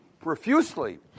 profusely